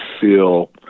feel